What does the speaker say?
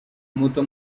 muto